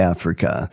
Africa